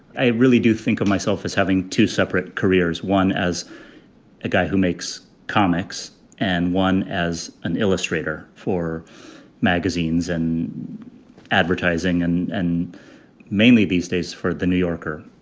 i really do think of myself as having two separate careers, one as a guy who makes comics and one as an illustrator for magazines and advertising, and and mainly these days for the new yorker.